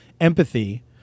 empathy